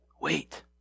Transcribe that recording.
wait